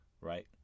Right